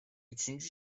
üçüncü